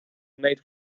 made